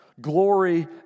glory